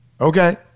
Okay